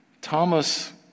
Thomas